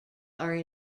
are